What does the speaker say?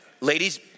Ladies